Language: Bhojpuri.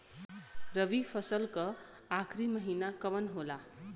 रवि फसल क आखरी महीना कवन होला?